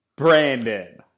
Brandon